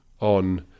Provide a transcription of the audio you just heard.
on